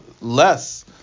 less